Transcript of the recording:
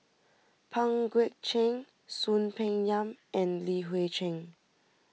Pang Guek Cheng Soon Peng Yam and Li Hui Cheng